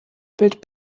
bild